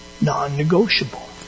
Non-negotiable